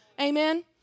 Amen